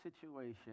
situation